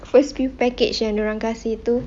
first few package err yang dia orang kasi tu